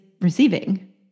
receiving